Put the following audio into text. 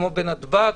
כמו בנתב"ג,